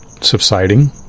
subsiding